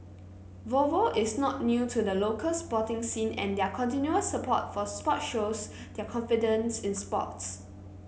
Volvo is not new to the local sporting scene and their continuous support for sports shows their confidence in sports